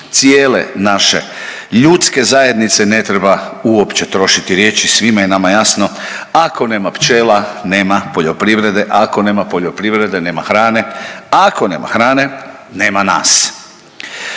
cijele naše ljudske zajednice ne treba uopće trošiti riječi. Svima je nama jasno, ako nema pčela nema poljoprivrede, ako nema poljoprivrede nema hrane, ako nema hrane nema nas.